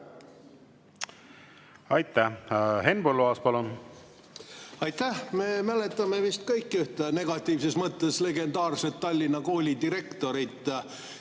Aitäh! Henn Põlluaas, palun! Aitäh! Me mäletame vist kõik ühte negatiivses mõttes legendaarset Tallinna koolidirektorit,